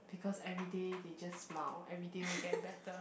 because everyday they just smile everyday will get better